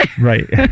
right